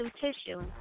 tissue